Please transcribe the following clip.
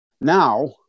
Now